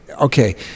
okay